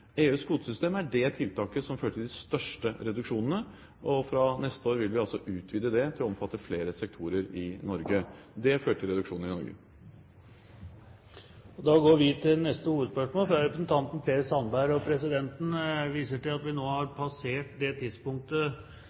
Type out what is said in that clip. EUs kvotesystem er det tiltaket som fører til de største reduksjonene, og fra neste år vil vi utvide det til å omfatte flere sektorer i Norge. Det fører til reduksjon i Norge. Da går vi til neste hovedspørsmål, fra representanten Per Sandberg. Presidenten viser til at vi nå har passert det tidspunktet